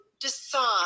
decide